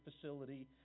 facility